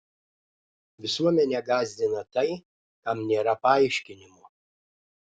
visuomenę gąsdina tai kam nėra paaiškinimo